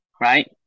right